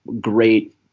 great